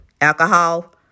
Alcohol